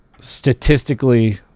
statistically-